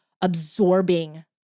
absorbing